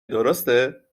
درسته